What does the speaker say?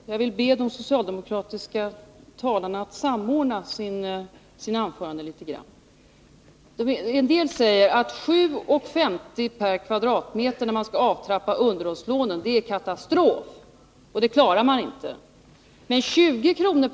Herr talman! Jag vill be de socialdemokratiska talarna att samordna sina påståenden något! En del säger att 7:50 per kvadratmeter är en katastrof när det är tal om att avtrappa underhållslånen; det klarar man inte. Men 20 kr.